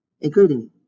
including